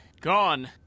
Gone